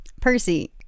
Percy